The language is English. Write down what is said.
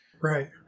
Right